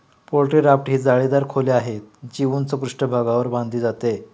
poultry राफ्ट ही जाळीदार खोली आहे, जी उंच पृष्ठभागावर बांधली जाते